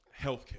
healthcare